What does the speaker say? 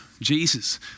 Jesus